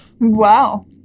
Wow